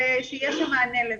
שיהיה שם מענה לזה.